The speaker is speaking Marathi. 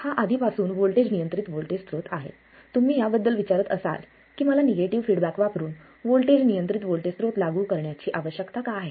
हा आधीपासून व्होल्टेज नियंत्रित व्होल्टेज स्त्रोत आहे तुम्ही याबद्दल विचारत असाल की मला निगेटिव्ह फीडबॅक वापरुन व्होल्टेज नियंत्रित व्होल्टेज स्त्रोत लागू करण्याची आवश्यकता का आहे